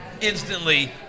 instantly